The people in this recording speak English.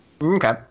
Okay